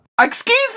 Excuse